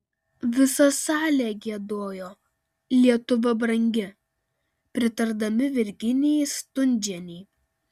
visa salė giedojo lietuva brangi pritardami virginijai stundžienei